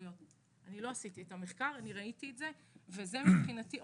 אני לא עשיתי את המחקר, רק ראיתי את זה.